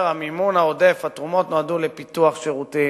והמימון העודף, התרומות, נועדו לפיתוח שירותים,